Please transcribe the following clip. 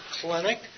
Clinic